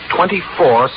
Twenty-four